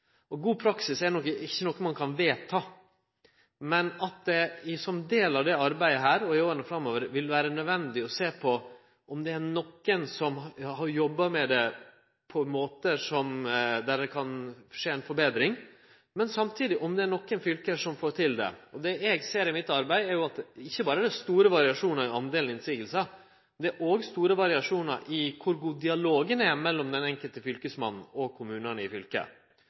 Og god praksis er ikkje noko ein kan vedta. Men som ein del av dette arbeidet vil det i åra framover vere nødvendig å sjå på om det i nokre fylke kan skje ei forbetring, medan det er nokre fylke som får det til. Og det eg ser i mitt arbeid, er at ikkje berre er det store variasjonar i talet på motsegner, det er òg store variasjonar i kor god dialogen er mellom den enkelte fylkesmann og kommunane i fylket.